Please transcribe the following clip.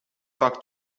fac